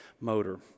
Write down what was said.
motor